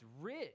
rich